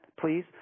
please